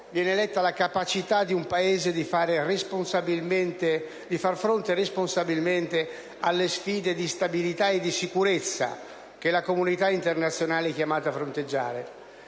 viene letta la capacità di un Paese di far fronte responsabilmente alle sfida di stabilità e sicurezza che la comunità internazionale è chiamata a fronteggiare.